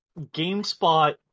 GameSpot